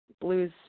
blues